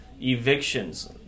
evictions